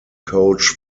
coach